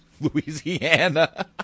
louisiana